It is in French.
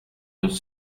deux